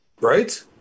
Right